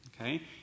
okay